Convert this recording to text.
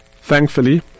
Thankfully